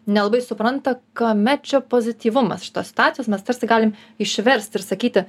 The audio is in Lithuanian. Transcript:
nelabai supranta kame čia pozityvumas šitos situacijos mes tarsi galim išversti ir sakyti